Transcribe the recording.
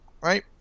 Right